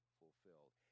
fulfilled